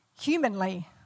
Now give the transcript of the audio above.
humanly